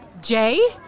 Jay